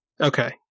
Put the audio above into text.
Okay